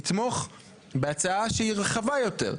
לתמוך בהצעה שהיא רחבה יותר,